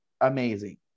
amazing